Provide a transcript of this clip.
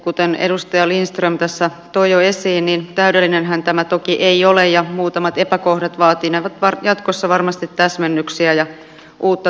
kuten edustaja lindström tässä toi jo esiin niin täydellinenhän tämä toki ei ole ja muutamat epäkohdat vaatinevat jatkossa varmasti täsmennyksiä ja uutta tarkastelua